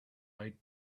white